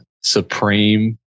Supreme